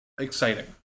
exciting